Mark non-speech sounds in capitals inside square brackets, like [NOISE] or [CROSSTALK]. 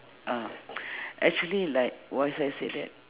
uh [NOISE] actually like what has I say that